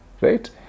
right